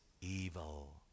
evil